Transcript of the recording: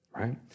right